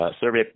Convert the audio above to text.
Survey